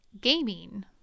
gaming